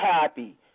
happy